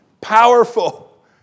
powerful